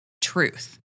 truth